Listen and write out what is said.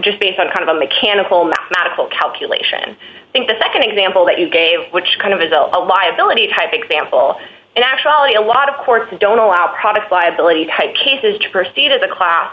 just based on kind of a mechanical mathematical calculation think the nd example that you gave which kind of is a liability type example in actuality a lot of courts don't allow product liability type cases to proceed as a class